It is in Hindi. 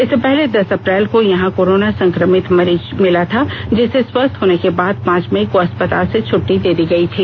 इससे पहले दस अप्रैल को यहां कोरोना संक्रमित मरीज मिला था जिसे स्वस्थ होने के बाद पांच मई को अस्पताल से छट्टी दे दी गई थी